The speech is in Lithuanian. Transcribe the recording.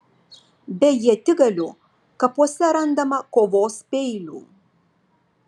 be ietigalių kapuose randama kovos peilių